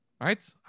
Right